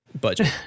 budget